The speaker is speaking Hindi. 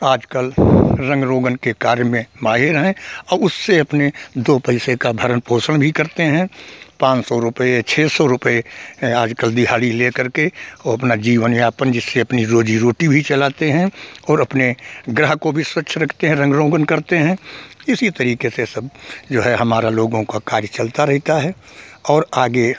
आजकल रंग रोगन के कार्य में माहिर हैं और उससे अपने दो पैसे का भरण पोषण भी करते हैं पाँच सौ रुपये या छः सौ रुपये आजकल दिहाड़ी लेकर के ओह अपना जीवन यापन जिससे अपनी रोज़ी रोटी भी चलाते हैं और अपने गृह को भी स्वच्छ रखते हैं रंग रोगन करते हैं इसी तरीके से सब जो है हमारा लोगों का कार्य चलता रहता है और आगे